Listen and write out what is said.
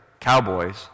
cowboys